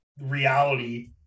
reality